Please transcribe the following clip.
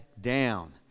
down